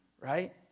right